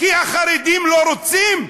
כי החרדים לא רוצים.